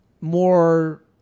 more